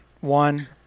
one